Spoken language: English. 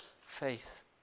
faith